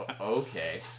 Okay